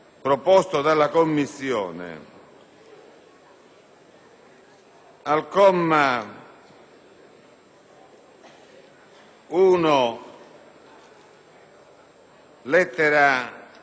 al comma 1, lettera